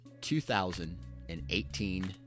2018